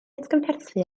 atgyfnerthu